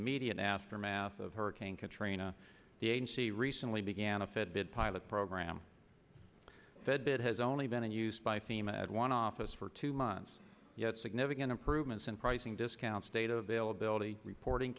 immediate aftermath of hurricane katrina the agency recently began a fitted pilot program that it has only been in use by fema at one office for two months yet significant improvements in pricing discount state availability reporting